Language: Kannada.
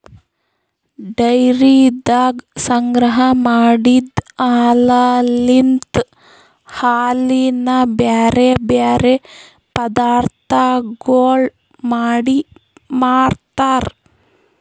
ಡೈರಿದಾಗ ಸಂಗ್ರಹ ಮಾಡಿದ್ ಹಾಲಲಿಂತ್ ಹಾಲಿನ ಬ್ಯಾರೆ ಬ್ಯಾರೆ ಪದಾರ್ಥಗೊಳ್ ಮಾಡಿ ಮಾರ್ತಾರ್